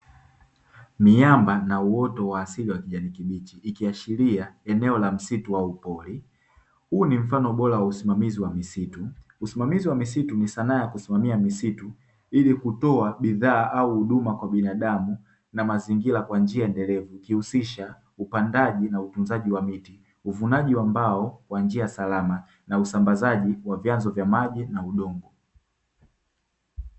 Miamba na uoto wa asili wa kijani kibichi ikiashiria eneo la msitu au pori. Huu ni mfano bora wa usimamizi wa misitu. Usimamizi wamisitu ni sanaa ya kusimamia misitu ili kutoa bidhaa au huduma kwa binadamu na mazingira kwa njia endelevu, ikihusisha upandaji na utunzaji wa miti. Uvunaji wa mbao kwa njia salama na usambazaji wa vyanzo vya maji na udongo.